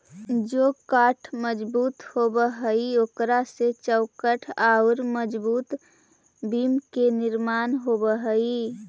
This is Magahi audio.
जे काष्ठ मजबूत होवऽ हई, ओकरा से चौखट औउर मजबूत बिम्ब के निर्माण होवऽ हई